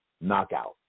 knockout